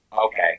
okay